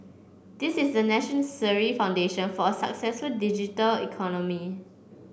this is the necessary foundation for a successful digital economy